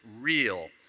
real